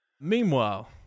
Meanwhile